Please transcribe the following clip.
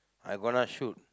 I gonna shoot